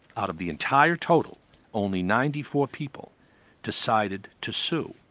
out of the entire total only ninety four people decided to sue,